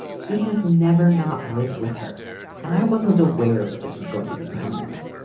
she has never not lived with her and i wasn't aware that this was going to be permanent.